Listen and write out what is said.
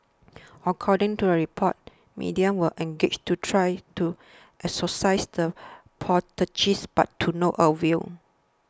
according to the report mediums were engaged to try to exorcise the poltergeists but to no avail